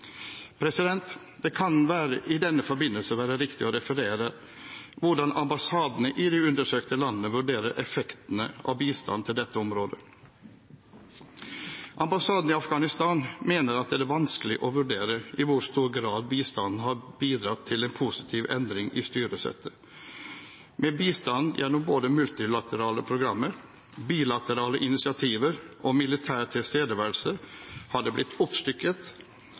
Det kan i denne forbindelse være riktig å referere hvordan ambassadene i de undersøkte landene vurderer effektene av bistanden til dette området: «Ambassaden i Afghanistan mener at det er vanskelig å vurdere i hvor stor grad bistanden har bidratt til en positiv endring i styresettet. Med bistand gjennom både multilaterale programmer, bilaterale initiativer og militær tilstedeværelse har det blitt oppstykket,